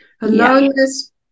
Aloneness